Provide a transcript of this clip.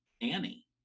Annie